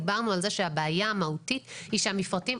דיברנו על זה שהבעיה המהותית היא שהמפרטים,